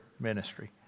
Ministry